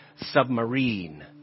submarine